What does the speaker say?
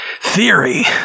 Theory